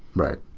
right.